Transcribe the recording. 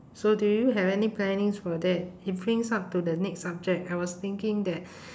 so do you have any plannings for that it brings up to the next subject I was thinking that